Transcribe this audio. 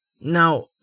Now